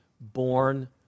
born